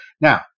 Now